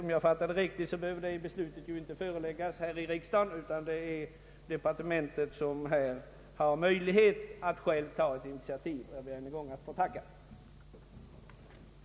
Om jag fattade statsrådet rätt, så behöver beslutet inte fattas här i riksdagen, utan departementet har möjlighet att ta erforderliga initiativ. Jag ber än en gång att få tacka för svaret.